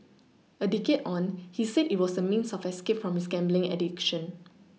a decade on he said it was a means of escape from his gambling addiction